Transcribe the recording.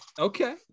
okay